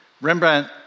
Rembrandt